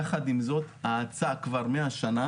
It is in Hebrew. יחד עם זאת ההאצה כבר מהשנה,